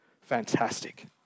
Fantastic